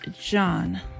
john